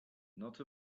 not